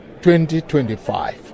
2025